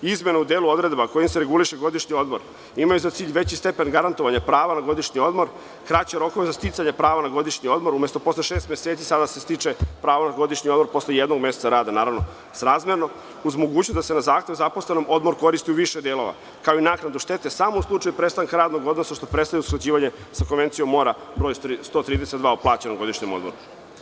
Izmenjena je odredba kojom se definiše godišnji odmor i ima za cilj veći stepen garantovanja prava na godišnji odmor, kraće rokove za sticanje prava na godišnji odmor, umesto posle šest meseci, sada se stiče pravo na godišnji odmor posle jednog meseca rada, naravno, srazmerno, uz mogućnost da se na zahtev zaposlenog odmor koristi u više delova, kao i nadoknadu štete samo u slučaju prestanka radnog odnosa, što predstavlja usklađivanja sa Konvencijom Mora 132 o plaćenom godišnjem odmoru.